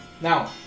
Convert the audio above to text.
Now